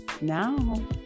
now